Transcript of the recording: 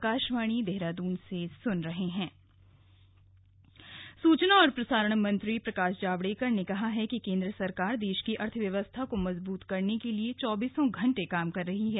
अर्थव्यवस्था जावडेकर सूचना और प्रसारण मंत्री प्रकाश जावडेकर ने कहा है कि केन्द्र सरकार देश की अर्थव्य्वस्था को मजबूत करने के लिए चौबीसों घंटे काम कर रही है